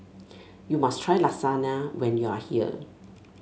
you must try Lasagna when you are here